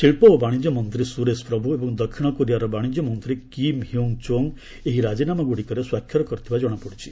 ଶିଳ୍ପ ଓ ବାଣିଜ୍ୟ ମନ୍ତ୍ରୀ ସୁରେଶ ପ୍ରଭୁ ଏବଂ ଦକ୍ଷିଣ କୋରିଆର ବାଣିଜ୍ୟ ମନ୍ତ୍ରୀ କିମ୍ ହ୍ୟୁ ଚୋଙ୍ଗ୍ ଏହି ରାଜିନାମାଗୁଡ଼ିକରେ ସ୍ୱାକ୍ଷର କରିଥିବା ଜଣାପଡ଼ିଛି